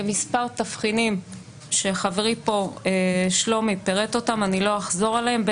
למספר תבחינים שחברי פה שלומי פירט אותם ולא אחזור עליהם,